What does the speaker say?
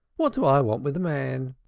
what do i want with a man?